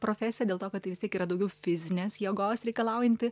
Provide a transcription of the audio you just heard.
profesija dėl to kad tai vis tiek yra daugiau fizinės jėgos reikalaujanti